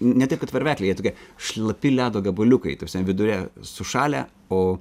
ne tik kad varvekliai jie tokie šlapi ledo gabaliukai ta prasme viduje sušalę o